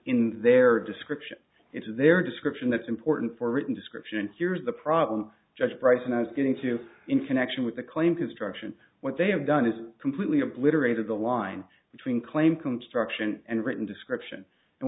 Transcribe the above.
in their description it's their description that's important for written description here's the problem judge price and i was getting to in connection with the claim construction what they have done is completely obliterated the line between claim construction and written description and